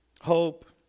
Hope